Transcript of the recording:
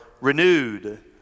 renewed